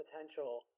potential